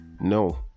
No